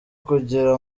kugira